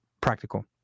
practical